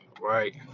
Right